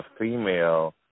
female